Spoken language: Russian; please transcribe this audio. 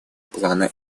плана